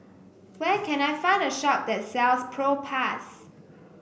where can I find a shop that sells Propass